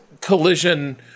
collision